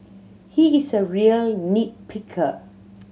he is a real nit picker